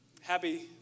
Happy